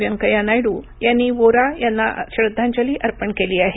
व्यंकय्या नायडू यांनी व्होरा यांना श्रद्धांजली अर्पण केली आहे